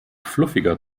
fluffiger